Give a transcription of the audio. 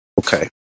Okay